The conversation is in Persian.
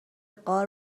غار